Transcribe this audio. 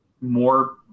more